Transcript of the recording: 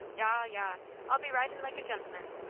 yah, yah i'll be ridin' like a gentleman!